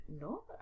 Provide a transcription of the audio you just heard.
No